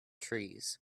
trees